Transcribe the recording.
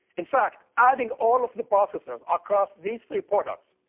in fact, adding all of the processors across these three products,